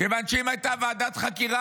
כיוון שאם הייתה ועדת חקירה,